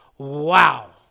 Wow